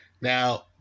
Now